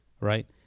Right